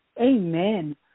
Amen